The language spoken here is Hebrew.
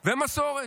-- ומסורת,